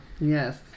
yes